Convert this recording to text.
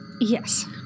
yes